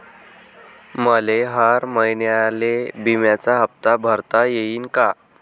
मले हर महिन्याले बिम्याचा हप्ता भरता येईन का?